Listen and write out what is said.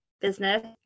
business